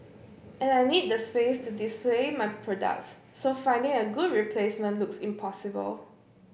and I need the space to display my products so finding a good replacement looks impossible